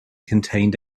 contained